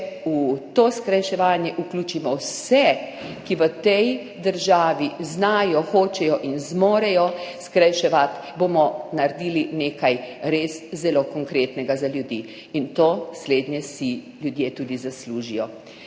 v to skrajševanje vključimo vse, ki v tej državi znajo, hočejo in zmorejo skrajševati, bomo naredili nekaj res zelo konkretnega za ljudi, in to slednje si ljudje tudi zaslužijo.